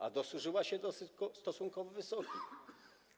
A dosłużyła się stosunkowo wysokich.